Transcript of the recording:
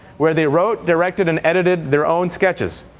where they wrote, directed, and edited their own sketches.